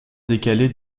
décalée